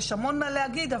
יש המון מה להגיד,